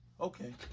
okay